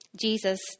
Jesus